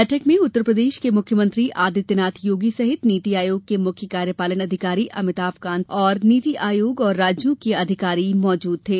बैठक में उत्तर प्रदेश के मुख्यमंत्री आदित्यनाथ योगी सहित नीति आयोग के मुख्य कार्यपालन अधिकारी अभिताभ कांत और नीति आयोग और राज्यों के अधिकारी मौजूद थे